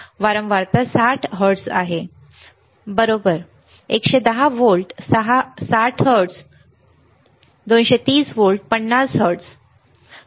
वारंवारता 60 हर्ट्झ आहे बरोबर 110 व्होल्ट 60 हर्ट्झ 230 व्होल्ट 50 हर्ट्झ